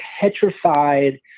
petrified